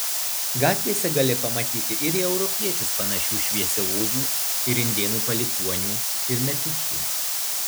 gatvėse gali pamatyti ir į europiečius panašių šviesiaodžių ir indėnų palikuonių ir metisų